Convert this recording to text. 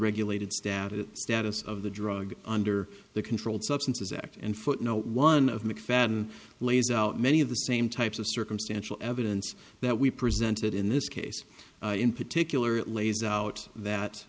regulated stat it status of the drug under the controlled substances act and footnote one of mcfadden lays out many of the same types of circumstantial evidence that we presented in this case in particular it lays out that